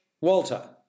Walter